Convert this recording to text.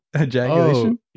ejaculation